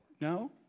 No